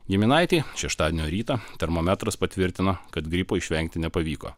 giminaitį šeštadienio rytą termometras patvirtino kad gripo išvengti nepavyko